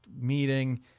meeting